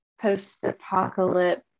post-apocalypse